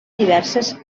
diverses